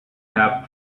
have